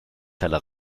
felle